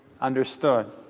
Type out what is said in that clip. understood